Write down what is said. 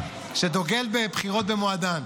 שדוגל בבחירות במועדן.